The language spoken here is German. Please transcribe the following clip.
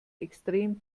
extrem